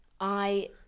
I-